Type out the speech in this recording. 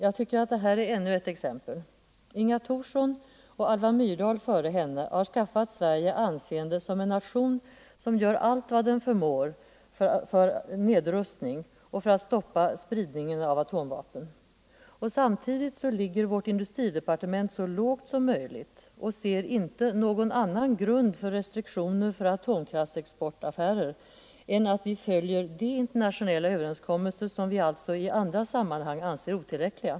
Jag tycker att följande är ännu ett exempel: Inga Thorsson och Alva Myrdal före henne har skaffat Sverige anseende som en nation som gör allt vad den förmår för nedrustning och för att stoppa spridningen av atomvapen. Men samtidigt ligger vårt industridepartement så lågt som möjligt och ser inte någon annan grund för restriktioner för atomkraftexportaffärer än att vi följer de internationella överenskommelser som vi i andra sammanhang anser otillräckliga!